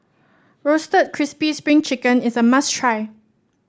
Roasted Crispy Spring Chicken is a must try